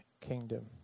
kingdom